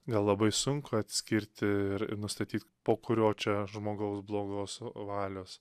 ne labai sunku atskirti ir ir nustatyt po kurio čia žmogaus blogos nu valios